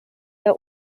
der